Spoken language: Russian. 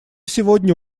сегодня